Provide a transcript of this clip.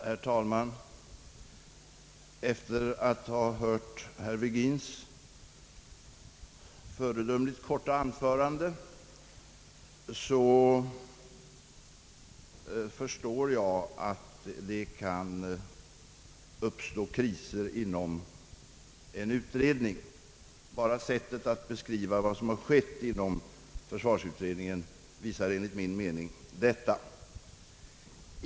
Herr talman! Efter att ha hört herr Virgins — föredömligt korta — anförande förstår jag att det kan uppstå kriser inom en utredning. Bara sättet att beskriva vad som har skett inom försvarsutredningen visar enligt min mening detta.